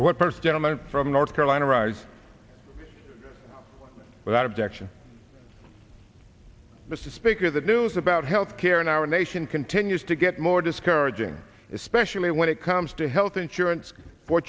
what first gentleman from north carolina rise without objection mr speaker the news about health care in our nation continues to get more discouraging especially when it comes to health insurance for